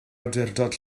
awdurdod